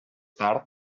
tard